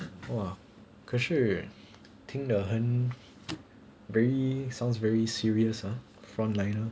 !wah! 可是听得很 sounds very sounds very serious ah front liner